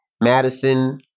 Madison